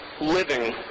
living